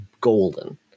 golden